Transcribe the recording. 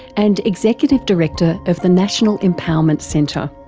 and executive director of the national empowerment centre.